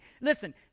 Listen